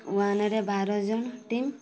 ୱାନ୍ରେ ବାର ଜଣ ଟିମ୍